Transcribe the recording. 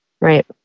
right